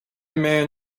man